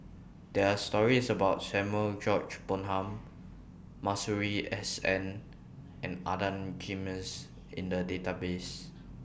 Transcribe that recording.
There Are stories about Samuel George Bonham Masuri S N and Adan Jimenez in The databases